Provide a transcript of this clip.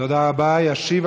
תודה רבה.